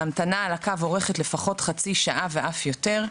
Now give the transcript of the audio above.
ההמתנה על הקו אורכת לפחות חצי שעה ואף יותר,